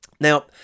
Now